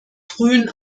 frühen